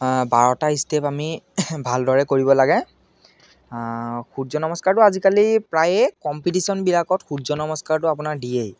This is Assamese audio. বাৰটা ষ্টেপ আমি ভালদৰে কৰিব লাগে সূৰ্য নমস্কাৰটো আজিকালি প্ৰায়ে কম্পিডিশ্যনবিলাকত সূৰ্য নমস্কাৰটো আপোনাৰ দিয়েই